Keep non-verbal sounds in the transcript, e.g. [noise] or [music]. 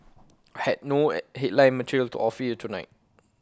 I have no [hesitation] headline material to offer you tonight